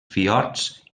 fiords